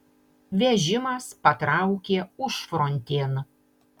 vežimas patraukė užfrontėn